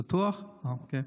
בבקשה.